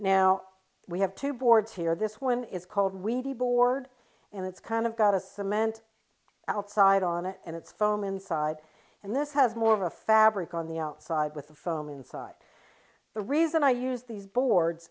now we have two boards here this one is called weedy board and it's kind of got a cement outside on it and it's foam inside and this has more of a fabric on the outside with the foam inside the reason i use these boards